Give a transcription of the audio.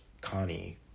Connie